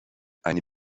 eine